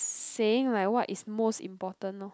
saying like what is most important lor